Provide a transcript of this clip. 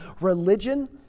religion